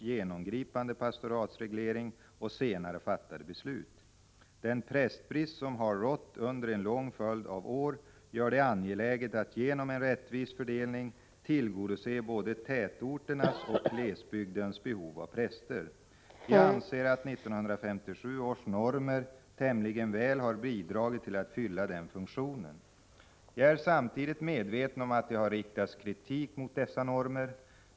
Den prästbrist som har rått under en lång följd av år gör det angeläget att genom en rättvis fördelning tillgodose både tätorternas och glesbygdens behov av präster. Jag anser att 1957 års normer tämligen väl har bidragit till att fylla den funktionen. Jag är samtidigt medveten om att det har riktats kritik mot dessa normer.